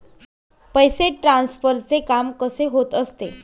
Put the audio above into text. पैसे ट्रान्सफरचे काम कसे होत असते?